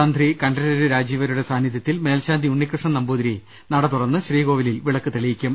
തന്ത്രി കണ്ഠരര് രാജീവരരുടെ സാന്നിധ്യത്തിൽ മേൽശാന്തി ഉണ്ണികൃഷ്ണൻ നമ്പൂതിരി നട തുറന്ന് ശ്രീ കോവിലിൽ വിളക്ക് തെളിയിക്കും